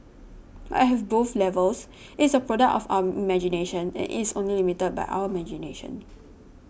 but have both levels it's a product of our imagination and it's only limited by our imagination